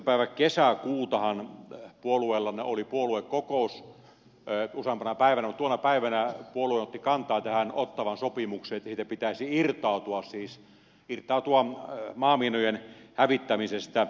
päivänä kesäkuutahan puolueellanne oli puoluekokous useampanakin päivänä mutta tuona päivänä puolue otti kantaa tähän ottawan sopimukseen että siitä pitäisi irtautua siis irtautua maamiinojen hävittämisestä